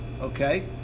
okay